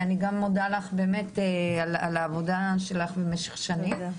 אני מודה לך על העבודה שלך במשך השנים.